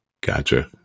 Gotcha